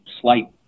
slight